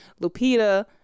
Lupita